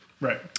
Right